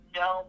no